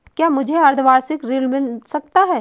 क्या मुझे अर्धवार्षिक ऋण मिल सकता है?